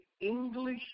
English